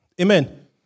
Amen